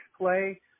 play